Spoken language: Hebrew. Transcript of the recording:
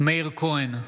מאיר כהן,